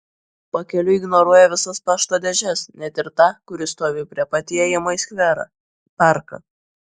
pakeliui ignoruoja visas pašto dėžes net ir tą kuri stovi prie pat įėjimo į skverą parką